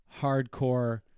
hardcore